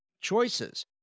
choices